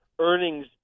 earnings